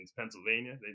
Pennsylvania